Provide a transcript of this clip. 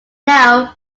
now